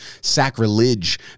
sacrilege